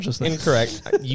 Incorrect